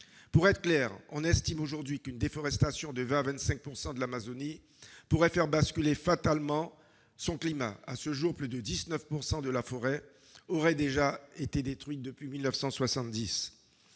Pour être clair, on estime aujourd'hui qu'une déforestation de 20 % à 25 % de l'Amazonie pourrait faire basculer fatalement son climat. À ce jour, la forêt aurait déjà été détruite à plus de